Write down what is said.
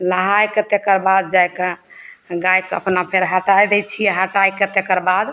नहाइके तकर बाद जाइके गायके अपना फेर हटाय दै छियै हटाके तकर बाद